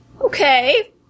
Okay